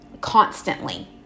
constantly